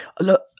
Look